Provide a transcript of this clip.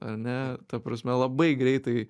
ar ne ta prasme labai greitai